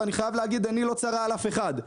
ואני חייב להגיד, עיני לא צרה על אף אחד.